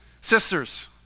Sisters